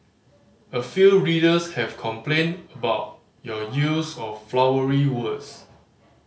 a few readers have complained about your use of 'flowery' words